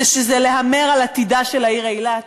זה שזה להמר על עתידה של העיר אילת,